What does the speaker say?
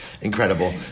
Incredible